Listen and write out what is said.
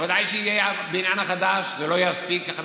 ודאי שכשיהיה הבניין החדש זה לא יספיק,